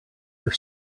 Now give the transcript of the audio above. her